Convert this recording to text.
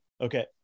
Okay